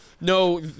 no